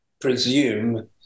presume